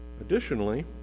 Additionally